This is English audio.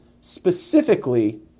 specifically